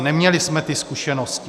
Neměli jsme ty zkušenosti.